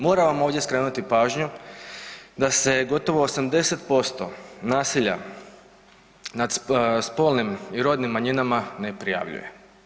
Moram vam ovdje skrenuti pažnju da se gotovo 80% nasilja nad spolnim i rodnim manjinama ne prijavljuje.